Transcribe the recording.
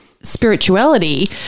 spirituality